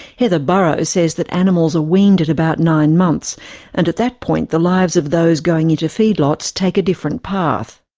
heather burrow says that animals are weaned at about nine months and at that point the lives of those going into feedlots take a different path.